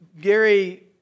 Gary